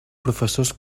professors